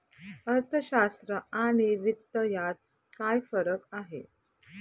अर्थशास्त्र आणि वित्त यात काय फरक आहे